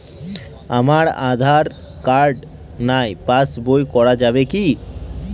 আমার আঁধার কার্ড নাই পাস বই করা যাবে কি?